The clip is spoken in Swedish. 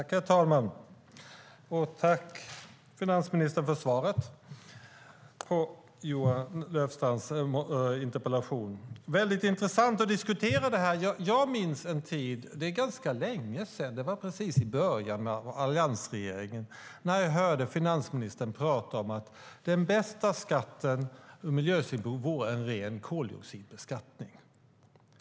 Herr talman! Jag tackar finansministern för svaret på Johan Löfstrands interpellation. Det är intressant att diskutera detta. Jag minns en tid - det är ganska länge sedan, precis i början under alliansregeringen - när jag hörde finansministern prata om att den bästa skatten ur miljösynpunkt vore en ren koldioxidbeskattning.